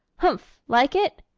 humph! like it?